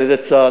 על-ידי צה"ל.